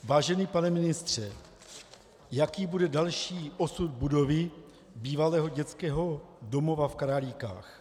Vážený pane ministře, jaký bude další osud budovy bývalého Dětského domova v Králíkách?